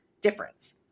difference